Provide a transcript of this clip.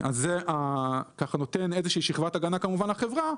זה נותן שכבת הגנה לחברה,